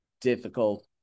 difficult